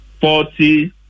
forty